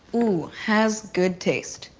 ooh, has good taste.